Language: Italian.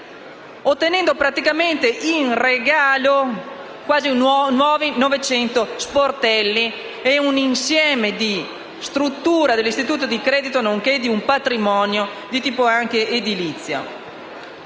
ottenendo in regalo quasi nuovi 900 sportelli e un insieme di strutture dell'istituto di credito, nonché un patrimonio di tipo anche edilizio.